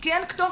כי אין כתובת.